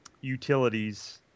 utilities—